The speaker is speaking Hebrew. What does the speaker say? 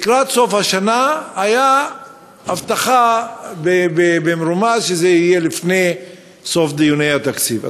ולקראת סוף השנה הייתה הבטחה במרומז שזה יהיה לפני סוף דיוני התקציב.